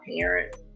parents